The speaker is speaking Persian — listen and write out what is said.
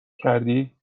کردی